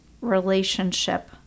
relationship